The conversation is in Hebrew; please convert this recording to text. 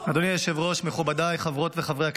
אדוני היושב-ראש, מכובדיי, חברות וחברי הכנסת,